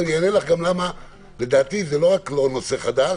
ואני אגיד לך גם למה לדעתי זה לא רק לא נושא חדש,